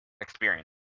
experience